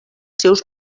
seus